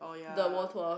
the world tour